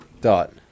Dot